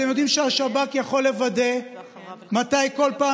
אתם יודעים שהשב"כ יכול לוודא מתי כל פעם